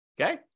okay